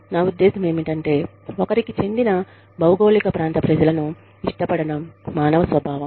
నా ఉద్దేశ్యం ఏమిటంటే ఒకరికి చెందిన భౌగోళిక ప్రాంత ప్రజలను ఇష్టపడటం మానవ స్వభావం